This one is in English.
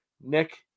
Nick